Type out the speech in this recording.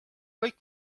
kõik